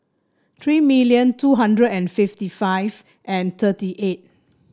three million two hundred and fifty five and thirty eight